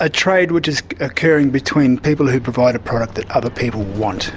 a trade which is occurring between people who provide a product that other people want.